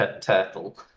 turtle